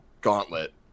gauntlet